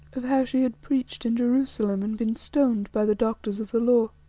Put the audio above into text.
of how she had preached in jerusalem and been stoned by the doctors of the law.